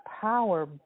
power